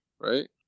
Right